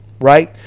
right